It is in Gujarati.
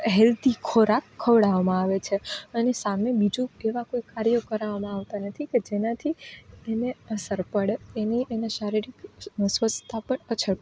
હેલ્ધી ખોરાક ખવડામાં આવે છે અને સામે બીજુ એવા કઈ કાર્યો કરવામાં આવતા નથી કે જેનાથી તેને અસર પડે એને એની શારીરિક સ્વસ્થતા અછ્ત